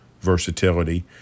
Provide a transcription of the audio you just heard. versatility